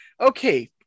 Okay